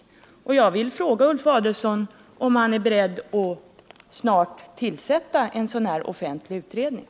Och jag vill fråga Ulf Adelsohn om han är beredd att snart tillsätta en sådan här offentlig utredning.